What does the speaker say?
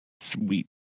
sweet